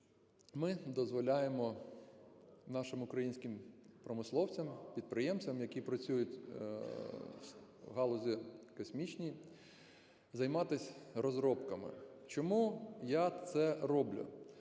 ми дозволяємо нашим українським промисловцям, підприємцям, які працюють в галузі космічній, займатись розробками. Чому я це роблю?